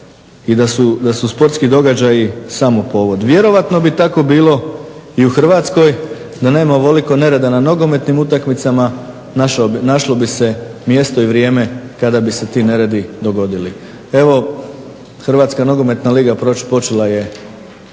i da su sportski događaji samo povod. Vjerojatno bi tako bilo i u Hrvatskoj da nema ovoliko nereda na nogometnim utakmicama našlo bi se mjesto i vrijeme kada bi se ti neredi dogodili. Evo Hrvatska nogometna liga počela je